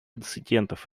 инцидентов